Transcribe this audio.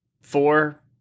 four